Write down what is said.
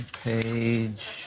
page